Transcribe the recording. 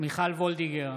מיכל מרים וולדיגר,